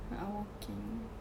a'ah walking